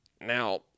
Now